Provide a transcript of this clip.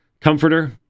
comforter